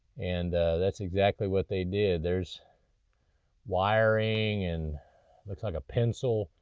and that's exactly what they did. there's wiring and looks like a pencil,